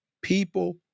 people